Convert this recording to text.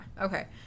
Okay